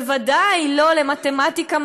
בוודאי לא למתמטיקה,